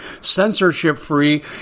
censorship-free